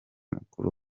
mukuru